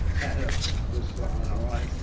had a pistol and a rifle.